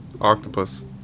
octopus